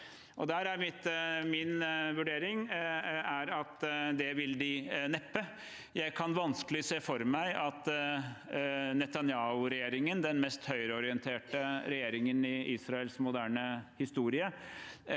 min vurdering at det ville de neppe. Jeg kan vanskelig se for meg at Netanyahu-regjeringen – den mest høyreorienterte regjeringen i Israels moderne historie